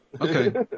Okay